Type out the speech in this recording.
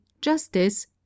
Justice